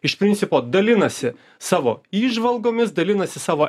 iš principo dalinasi savo įžvalgomis dalinasi savo